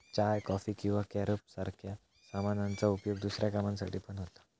चाय, coffee किंवा carob सारख्या सामानांचा उपयोग दुसऱ्या कामांसाठी पण होता